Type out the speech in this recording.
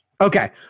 Okay